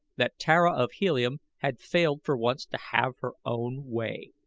that tara of helium had failed for once to have her own way.